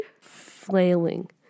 Flailing